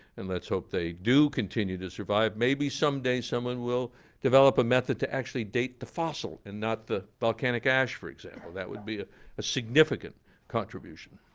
and let's hope they do continue to survive. maybe someday someone will develop a method to actually date the fossil and not the volcanic ash, for example. that would be ah a significant contribution.